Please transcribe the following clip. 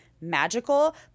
magical